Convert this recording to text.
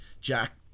Jack